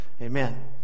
Amen